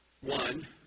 One